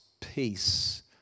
peace